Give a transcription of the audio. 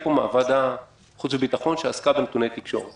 מוועדת החוץ והביטחון שעסקה בנתוני תקשורת